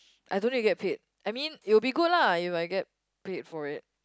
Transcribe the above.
I don't need to get paid I mean it would be good lah if I get paid for it